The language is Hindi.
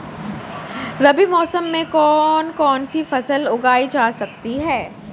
रबी मौसम में कौन कौनसी फसल उगाई जा सकती है?